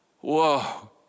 Whoa